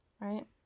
right